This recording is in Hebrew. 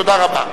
תודה רבה.